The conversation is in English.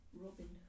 Robin